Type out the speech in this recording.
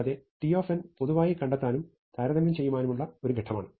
കൂടാതെ T പൊതുവായി കണ്ടെത്താനും താരതമ്യം ചെയ്യാനുമുള്ള ഒരു ഘട്ടമാണ്